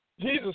Jesus